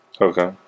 Okay